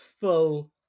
full